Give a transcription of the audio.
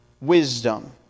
wisdom